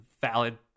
valid